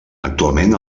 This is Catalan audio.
actualment